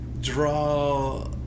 draw